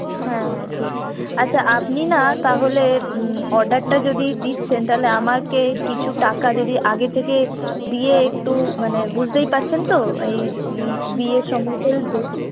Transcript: হ্যাঁ হ্যাঁ ঠিক আচ্ছা আপনি না তাহলে অর্ডারটা যদি দিচ্ছেন তাহলে আমাকে কিছু টাকা যদি আগে থেকে দিয়ে একটু মানে বুঝতেই পারছেন তো এই বিয়ের সময় চলছে